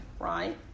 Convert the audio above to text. right